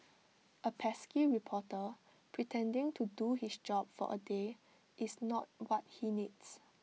A pesky reporter pretending to do his job for A day is not what he needs